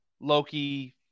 Loki